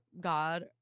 God